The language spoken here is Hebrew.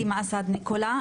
דימא אסעד ניקולא,